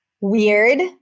weird